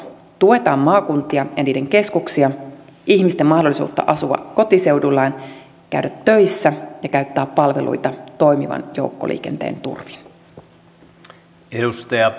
tuetaan maakuntia ja niiden keskuksia ihmisten mahdollisuutta asua kotiseudullaan käydä töissä ja käyttää palveluita toimivan joukkoliikenteen turvin